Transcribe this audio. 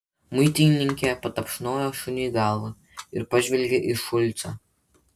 muitininkė patapšnojo šuniui galvą ir pažvelgė į šulcą